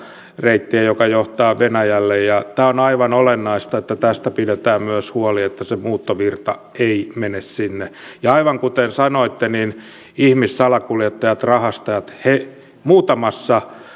reitti joka johtaa venäjälle ja tämä on aivan olennaista että tästä pidetään myös huoli että se muuttovirta ei mene sinne ja aivan kuten sanoitte niin ihmissalakuljettajat rahastajat he muutamassa